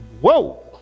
whoa